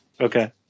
Okay